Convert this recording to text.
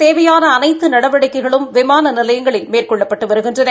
தேவையான அனைத்து நடவடிக்கைகளும் விமான நிலையங்களில் மேற்கொள்ளப்பட்டு இதற்குத் வருகின்றன